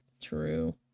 true